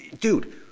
dude